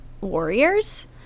warriors